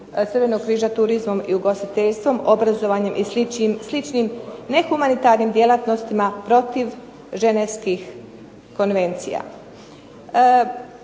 Crvenog križa ugostiteljstvom, obrazovanje i sličnim nehumanitarnim djelatnostima protiv Ženevskih konvencija.